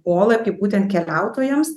polapį būtent keliautojams